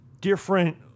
different